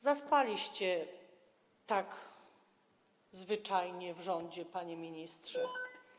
Zaspaliście tak zwyczajnie w rządzie, panie ministrze.